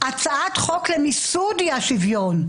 הצעת חוק למיסוד אי השוויון,